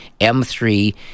M3